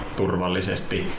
turvallisesti